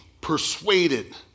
persuaded